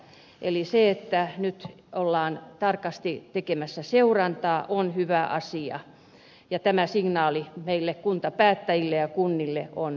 eli se että nyt ollaan tarkasti tekemässä seurantaa on hyvä asia ja tämä signaali meille kuntapäättäjille ja kunnille on hyvä